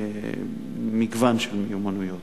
מגוון של מיומנויות.